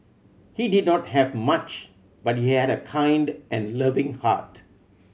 he did not have much but he had a kind and loving heart